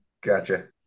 Gotcha